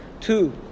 two